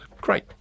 Great